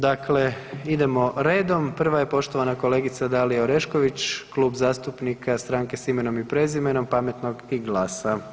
Dakle, idemo redom, prva je poštovana kolegica Dalija Orešković, Klub zastupnika Stranke s imenom i prezimenom, Pametno i GLAS-a.